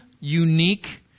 unique